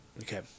okay